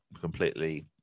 completely